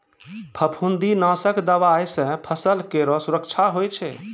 फफूंदी नाशक दवाई सँ फसल केरो सुरक्षा होय छै